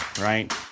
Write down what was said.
right